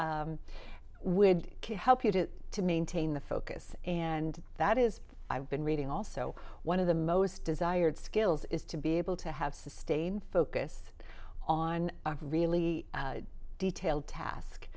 would help you to to maintain the focus and that is i've been reading also one of the most desired skills is to be able to have sustained focus on a really detailed task